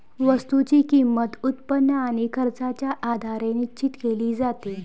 वस्तूची किंमत, उत्पन्न आणि खर्चाच्या आधारे निश्चित केली जाते